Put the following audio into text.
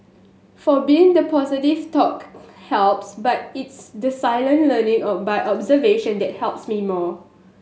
for been the positive talk helps but it's the silent learning a by observation that helps me more